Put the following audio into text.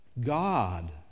God